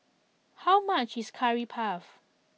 how much is Curry Puff